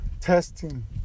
testing